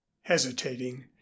hesitating